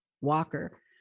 Walker